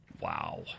Wow